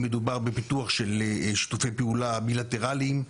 בין אם מדובר בפיתוח של שיתופי פעולה בילטרליים,